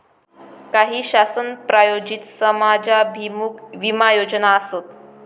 काही शासन प्रायोजित समाजाभिमुख विमा योजना आसत